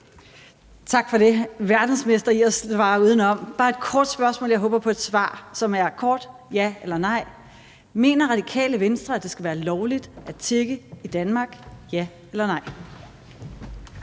Ordføreren er verdensmester i at svare udenom. Jeg har bare et kort spørgsmål. Jeg håber på et svar, som er kort – ja eller nej: Mener Radikale Venstre, at det skal være lovligt at tigge i Danmark – ja eller nej?